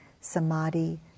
samadhi